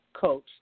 Coach